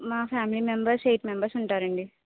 మా family members eight members ఉంటారు అండి